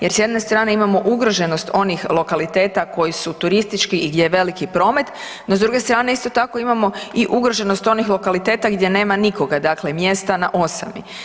Jer s jedne strane imamo ugroženost onih lokaliteta koji su turistički i gdje je veliki promet, no s druge strane isto tako imamo i ugroženost onih lokaliteta gdje nema nikoga, dakle mjesta na osami.